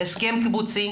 הסכם קיבוצי.